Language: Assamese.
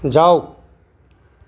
যাওক